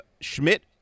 Schmidt